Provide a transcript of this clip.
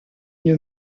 une